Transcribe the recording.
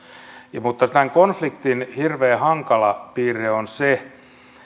mutta tämän konfliktin hirveän hankala piirre on se